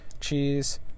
cheese